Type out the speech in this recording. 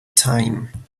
time